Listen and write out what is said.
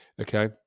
Okay